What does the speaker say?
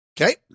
okay